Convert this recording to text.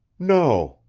no,